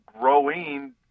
growing